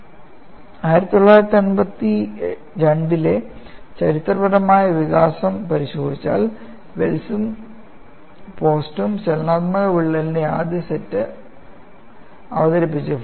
1952 ലെ ചരിത്രപരമായ വികാസം പരിശോധിച്ചാൽ വെൽസും പോസ്റ്റും ചലനാത്മക വിള്ളലിന്റെ ആദ്യ സെറ്റ് അവതരിപ്പിച്ചു